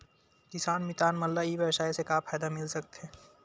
किसान मितान मन ला ई व्यवसाय से का फ़ायदा मिल सकथे?